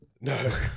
No